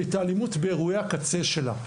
את האלימות באירועי הקצה שלה.